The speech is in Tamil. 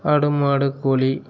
ஆடு மாடு கோழி